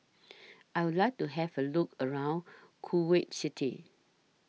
I Would like to Have A Look around Kuwait City